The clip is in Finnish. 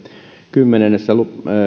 kymmenennessä